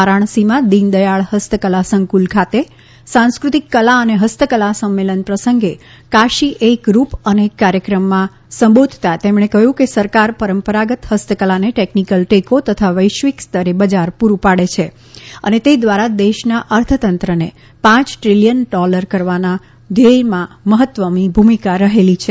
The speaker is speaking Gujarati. વારાણસીમાં દીન દયાળ હસ્તકલા સંકુલ ખાતે સાંસ્કૃતિક કલા અને ફસ્તકલા સંમેલન પ્રસંગે કાશી એક રૂપ અનેક કાર્યક્રમમાં સંબોધતા તેમણે કહયું કે સરકાર પરંપરાગત ફસ્તકલાને ટેકનીકલ ટેકો તથા વૈશ્વિક સ્તરે બજાર પુરૂ પાડે છે અને તે ધ્વારા દેશના અર્થતંત્રને પાંચ દ્રીલીયન ડોલર કરવાના ધ્યેયમાં મહત્વની ભૂમિકા રહેલી છે